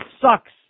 sucks